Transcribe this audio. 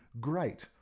great